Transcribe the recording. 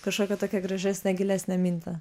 kažkokią tokią gražesnę gilesnę mintį